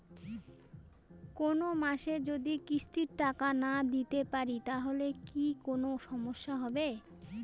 কোনমাসে যদি কিস্তির টাকা না দিতে পারি তাহলে কি কোন সমস্যা হবে?